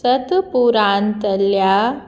सतपुरांतल्या